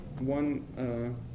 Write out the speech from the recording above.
one